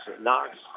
Knox